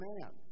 Man